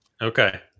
Okay